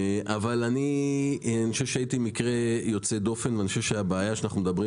אני חושב שהייתי מקרה יוצא דופן ואני חושב שהבעיה שאנחנו מדברים